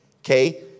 okay